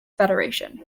federation